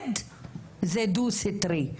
מכבד זה דו-סטרי.